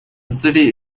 city